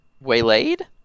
Waylaid